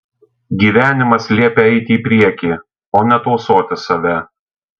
gyvenimas liepia eiti į priekį o ne tausoti save